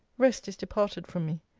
rest is departed from me.